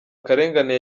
akarengane